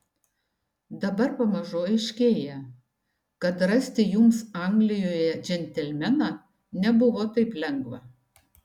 dabar pamažu aiškėja kad rasti jums anglijoje džentelmeną nebuvo taip lengva